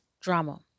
drama